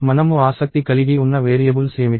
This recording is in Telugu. మనము ఆసక్తి కలిగి ఉన్న వేరియబుల్స్ ఏమిటి